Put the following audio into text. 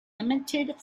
limited